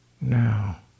now